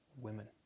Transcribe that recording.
women